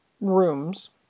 rooms